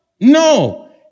No